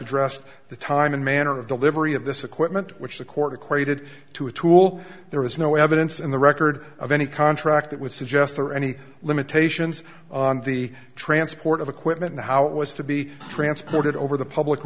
addressed the time and manner of delivery of this equipment which the court equated to a tool there is no evidence in the record of any contract that would suggest or any limitations on the transport of equipment how it was to be transported over the public